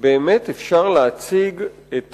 שבאמת אפשר להציג את